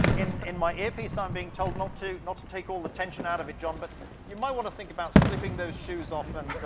in in my earpiece i'm being told not to not to take all the tension out of it, john, but you might want to think about slipping those shoes off and